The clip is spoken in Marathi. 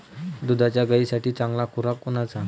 दुधाच्या गायीसाठी चांगला खुराक कोनचा?